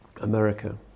America